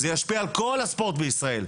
זה ישפיע על כל הספורט בישראל.